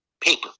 paper